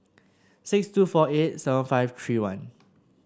six two four eight seven five three one